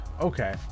Okay